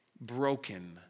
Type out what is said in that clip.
broken